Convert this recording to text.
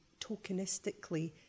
tokenistically